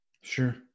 Sure